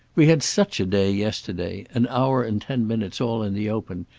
we had such a day yesterday an hour and ten minutes all in the open,